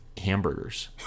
hamburgers